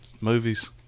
movies